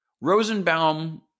Rosenbaum